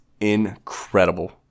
incredible